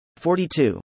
42